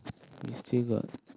we still got